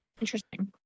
Interesting